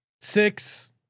six